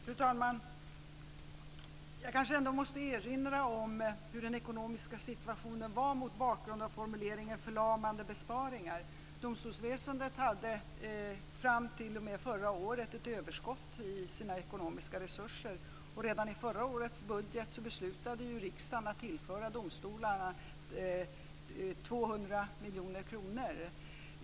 Fru talman! Jag kanske måste erinra om hur den ekonomiska situationen var mot bakgrund av formuleringen "förlamande besparingar". Domstolsväsendet hade t.o.m. förra året ett överskott i sina ekonomiska resurser. Redan i förra årets budget beslutade riksdagen att tillföra domstolarna 200 miljoner kronor.